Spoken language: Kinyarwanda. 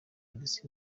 alex